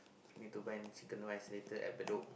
need to buy chicken rice later at Bedok